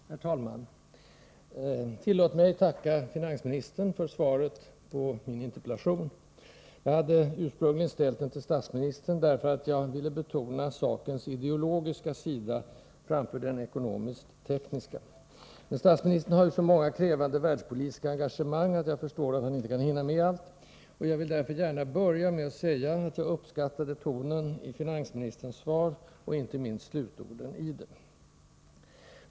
Herr talman! Tillåt mig tacka finansministern för svaret på min interpellation. Jag hade ursprungligen ställt den till statsministern, därför att jag ville betona sakens ideologiska sida framför den ekonomiskt-tekniska. Men statsministern har ju så många krävande världspolitiska engagemang att jag förstår att han inte kan hinna med allt, och jag vill därför gärna börja med att säga att jag uppskattade tonen i finansministerns svar och inte minst slutorden i det.